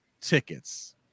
tickets